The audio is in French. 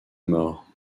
mort